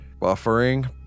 Buffering